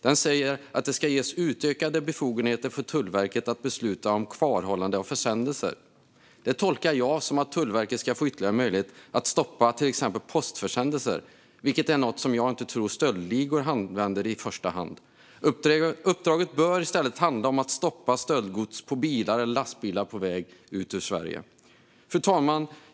Den säger att det ska ges utökade befogenheter för Tullverket att besluta om kvarhållande av försändelser. Det tolkar jag som att Tullverket ska få ytterligare möjligheter att stoppa till exempel postförsändelser, vilket är något som jag inte tror att stöldligor använder i första hand. Uppdraget bör i stället handla om att stoppa stöldgods i bilar eller lastbilar på väg ut ur Sverige. Fru talman!